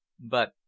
But